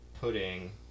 pudding